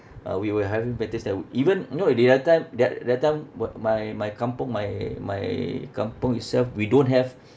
uh we were having places that we even you know there are time there there are time wha~ my my kampung my my kampung itself we don't have